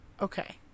Okay